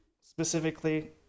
specifically